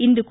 ఇందుకు